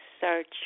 search